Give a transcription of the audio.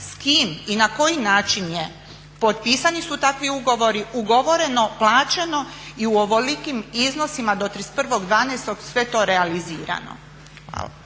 S kim i na koji način potpisani su takvi ugovori, ugovoreno, plaćeno i u ovolikim iznosima do 31. 12. sve to realizirano?